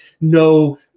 no